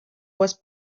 was